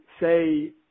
say